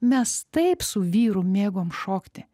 mes taip su vyru mėgom šokti